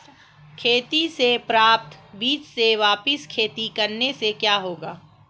खेती से प्राप्त बीज से वापिस खेती करने से क्या होगा?